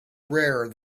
rare